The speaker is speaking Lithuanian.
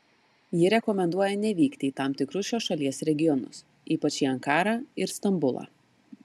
ji rekomenduoja nevykti į tam tikrus šios šalies regionus ypač į ankarą ir stambulą